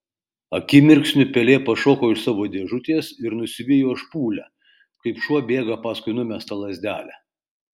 akimirksniu pelė pašoko iš savo dėžutės ir nusivijo špūlę kaip šuo bėga paskui numestą lazdelę